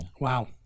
Wow